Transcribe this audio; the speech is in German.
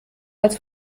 als